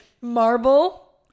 marble